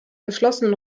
geschlossenen